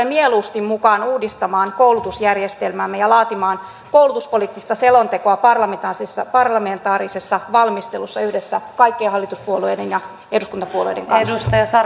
mieluusti mukaan uudistamaan koulutusjärjestelmäämme ja laatimaan koulutuspoliittista selontekoa parlamentaarisessa parlamentaarisessa valmistelussa yhdessä kaikkien hallituspuolueiden ja eduskuntapuolueiden kanssa